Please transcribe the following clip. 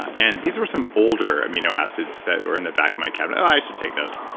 and these were some older amino acids that were in the back of my cabinet, oh, i should take those.